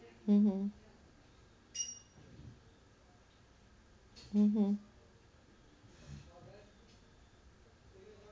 mmhmm mmhmm